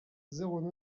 zéro